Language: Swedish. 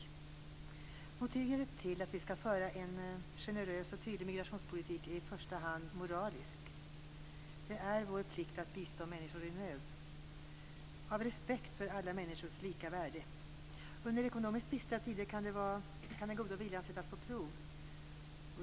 Motivet till att vi skall föra en generös och tydlig migrationspolitik är i första hand moraliskt; Det är vår plikt att bistå människor i nöd, av respekt för alla människors lika värde. Under ekonomiskt bistra tider kan den goda viljan sättas på prov.